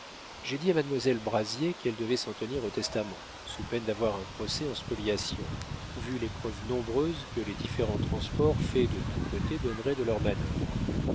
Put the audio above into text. j'ai dit à mademoiselle brazier qu'elle devait s'en tenir au testament sous peine d'avoir un procès en spoliation vu les preuves nombreuses que les différents transports faits de tous côtés donneraient de leurs